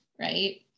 right